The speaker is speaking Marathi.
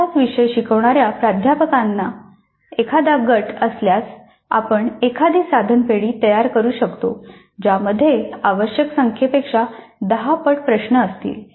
असाच विषय शिकवणाऱ्या प्राध्यापकांचा एखादा गट असल्यास आपण एखादी साधन पेढी तयार करू शकतो ज्यामध्ये आवश्यक संख्येपेक्षा दहा पट प्रश्न असतील